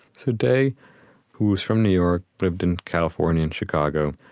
so day, who was from new york, lived in california and chicago,